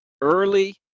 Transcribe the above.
early